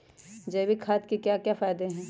जैविक खाद के क्या क्या फायदे हैं?